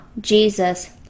Jesus